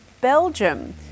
Belgium